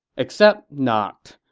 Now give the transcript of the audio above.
except not.